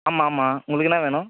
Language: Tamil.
ஆமாம் ஆமாம் உங்களுக்கு என்ன வேணும்